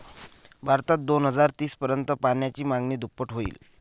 भारतात दोन हजार तीस पर्यंत पाण्याची मागणी दुप्पट होईल